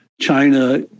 China